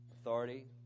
authority